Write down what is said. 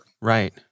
Right